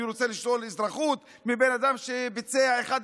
רוצה לשלול אזרחות מבן אדם שביצע 1,